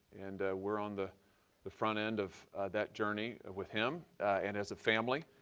and we're on the the front end of that journey with him and as a family,